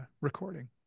recording